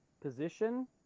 position